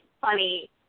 funny